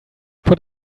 put